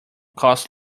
cost